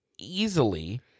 easily